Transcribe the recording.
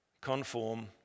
conform